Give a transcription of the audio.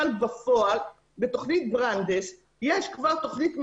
כאן בפועל בתוכנית ברנדס יש כבר תוכנית מאושרת,